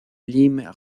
limes